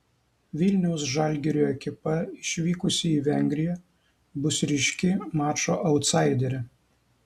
vilniaus žalgirio ekipa išvykusi į vengriją bus ryški mačo autsaiderė